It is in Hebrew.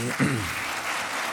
(מחיאות כפיים)